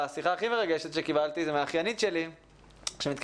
השיחה הכי מרגשת שקיבלתי היא מאחיינית שלי שמתקשרת